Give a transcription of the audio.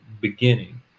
beginning